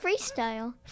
freestyle